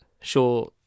sure